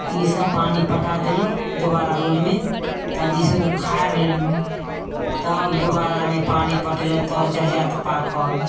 तऽ ईसब पानि पटा देलहुँ दोबारा रोलमे तब ईसब उखाड़ि लेलहुँ तब दोबारामे पानि पटेलहुँ तब जजाति पाकल